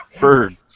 Bird